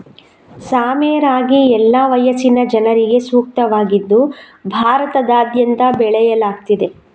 ಸಾಮೆ ರಾಗಿ ಎಲ್ಲಾ ವಯಸ್ಸಿನ ಜನರಿಗೆ ಸೂಕ್ತವಾಗಿದ್ದು ಭಾರತದಾದ್ಯಂತ ಬೆಳೆಯಲಾಗ್ತಿದೆ